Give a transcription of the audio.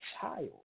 child